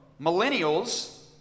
Millennials